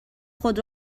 خود